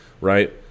right